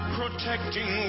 protecting